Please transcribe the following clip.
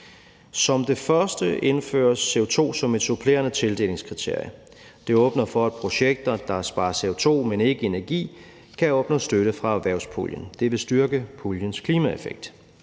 Som det første indføres CO2 som et supplerende tildelingskriterie. Det åbner for, at projekter, der sparer CO2, men ikke energi, kan opnå støtte fra erhvervspuljen. Det vil styrke puljens klimaeffekt.